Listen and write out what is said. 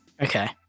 Okay